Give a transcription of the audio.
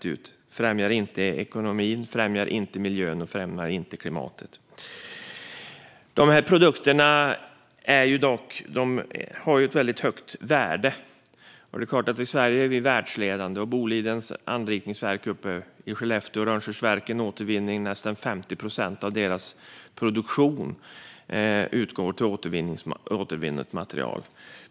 Det främjar varken ekonomin, miljön eller klimatet. Dessa produkter har dock ett väldigt högt värde. I Sverige är vi världsledande. Vid Bolidens anrikningsverk uppe i Skellefteå, Rönnskärsverken, utgår nästan 50 procent av produktionen från återvunnet material.